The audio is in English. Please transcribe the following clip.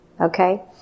Okay